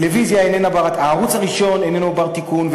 הערוץ הראשון איננו בר-תיקון,